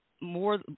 more